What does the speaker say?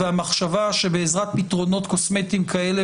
והמחשבה שבעזרת פתרונות קוסמטיים כאלה